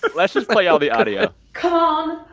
let's just play y'all the audio come